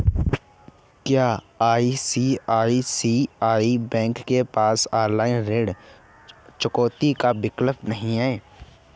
क्या ICICI bank के पास ऑनलाइन ऋण चुकौती का विकल्प नहीं है?